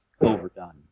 overdone